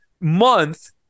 month